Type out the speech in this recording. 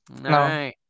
No